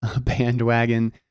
bandwagon